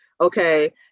okay